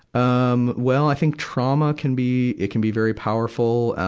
um well, i think trauma can be, it can be very powerful.